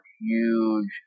huge